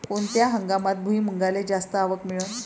कोनत्या हंगामात भुईमुंगाले जास्त आवक मिळन?